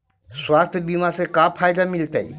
स्वास्थ्य बीमा से का फायदा मिलतै?